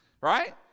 right